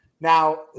Now